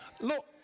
look